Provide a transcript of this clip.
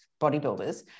bodybuilders